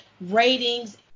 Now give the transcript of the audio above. Ratings